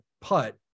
putt